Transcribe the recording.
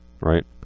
Right